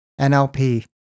NLP